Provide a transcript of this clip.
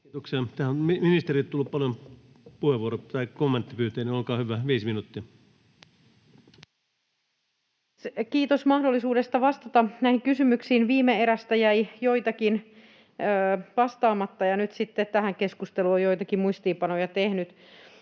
on ministerille tullut paljon kommenttipyyntöjä, niin olkaa hyvä, 5 minuuttia. Arvoisa puhemies! Kiitos mahdollisuudesta vastata näihin kysymyksiin. Viime erästä jäi joitakin vastaamatta, ja nyt sitten tähän keskusteluun olen joitakin muistiinpanoja tehnyt.